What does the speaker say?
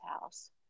house